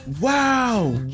Wow